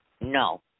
No